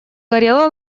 горела